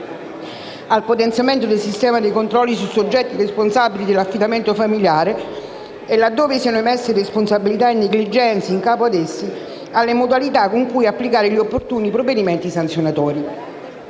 al potenziamento del sistema dei controlli sui soggetti responsabili dell'affidamento familiare e, laddove siano emerse responsabilità e negligenze in capo ad essi, alle modalità con cui applicare gli opportuni provvedimenti sanzionatori.